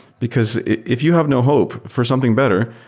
because if you have no hope for something better,